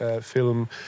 film